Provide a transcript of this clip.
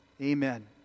Amen